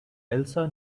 elsa